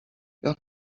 leur